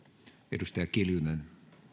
arvoisa puhemies